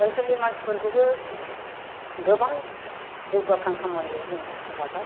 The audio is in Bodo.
ओनसोलनि मानसिफोरखौबो गोबां जौगाखां खामानियाव जोङो हेफाजाब होनो हायो